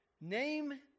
Name